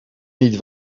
niet